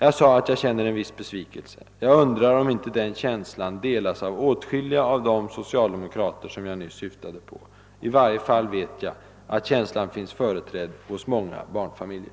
Jag sade att jag känner en viss besvikelse. Jag undrar om inte den känslan delas av åtskilliga av de socialdemokrater jag nyss åsyftade. I varje fall vet jag att den känslan finns hos många barnfamiljer.